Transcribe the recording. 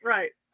Right